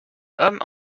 hommes